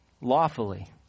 lawfully